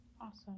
Awesome